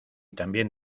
también